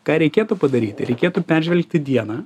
ką reikėtų padaryti reikėtų peržvelgti dieną